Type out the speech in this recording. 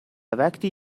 وقتی